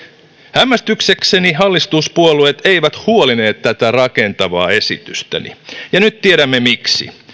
hämmästyksekseni hallituspuolueet eivät huolineet tätä rakentavaa esitystäni ja nyt tiedämme miksi